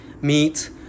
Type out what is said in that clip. meat